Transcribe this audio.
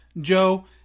Joe